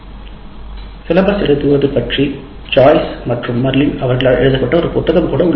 பாடத்திட்டத்தை எழுதுவது பற்றி ஜாய்ஸ் மற்றும் மர்லின் அவரால் எழுதப்பட்ட ஒரு புத்தகம் கூட உள்ளது